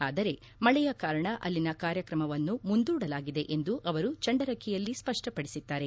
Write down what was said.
ಆದರೆ ಮಳೆಯ ಕಾರಣ ಅಲ್ಲಿನ ಕಾರ್ಯಕ್ರಮವನ್ನು ಮುಂದೂಡಲಾಗಿದೆ ಎಂದು ಅವರು ಚಂಡರಕಿಯಲ್ಲಿ ಸ್ಪಷ್ಟಪಡಿಸಿದ್ದಾರೆ